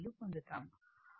పొందుతాము